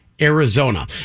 Arizona